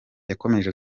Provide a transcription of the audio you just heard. yakomeje